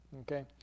okay